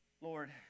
Lord